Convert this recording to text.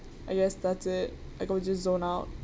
I guess that's it I could just zone out